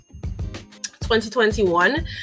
2021